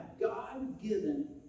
God-given